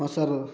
ହଁ ସାର୍